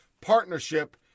partnership